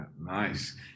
nice